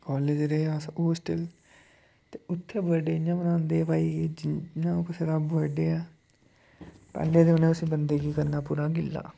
college रेह् अस hostel ते उत्थें बडे इ'यां मनांदे भाई जियां कुसै दा बडे ऐ पैह्ले ते उ'नें अस बन्दे गी करना पूरा गिल्ला